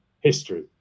history